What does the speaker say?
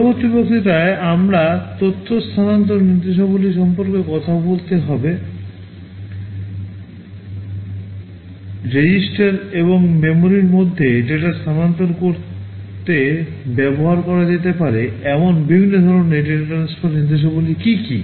পরবর্তী বক্তৃতায় আমরা তথ্য স্থানান্তর নির্দেশাবলী সম্পর্কে কথা বলতে পারব রেজিস্টার এবং মেমরির মধ্যে ডেটা স্থানান্তর করতে ব্যবহার করা যেতে পারে এমন বিভিন্ন ধরনের ডেটা ট্রান্সফার নির্দেশাবলী কি কী